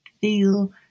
feel